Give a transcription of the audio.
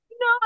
No